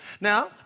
Now